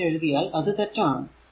അങ്ങനെ എഴുതിയാൽ അത് തെറ്റാണു